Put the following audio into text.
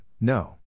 No